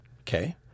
Okay